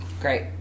Great